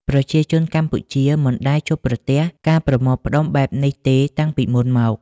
ប្រជាជនកម្ពុជាមិនដែលជួបប្រទះការប្រមូលផ្តុំបែបនេះទេតាំងពីមុនមក។